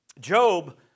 Job